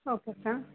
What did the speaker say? okay sir